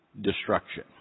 destruction